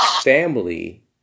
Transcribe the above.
family